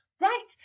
right